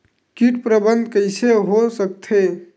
कीट प्रबंधन कइसे हो सकथे?